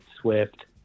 swift